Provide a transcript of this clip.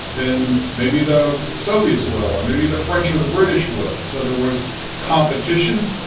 then maybe the soviets will, or maybe the french or the british will. so there was competition.